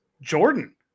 Jordan